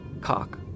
cock